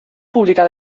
pública